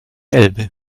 elbe